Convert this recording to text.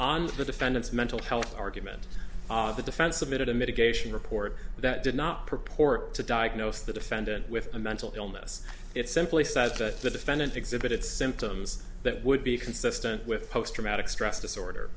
on the defendant's mental health argument the defense submitted a mitigation report that did not purport to diagnose the defendant with a mental illness it simply says that the defendant exhibit symptoms that would be consistent with post traumatic stress disorder